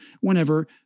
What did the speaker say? whenever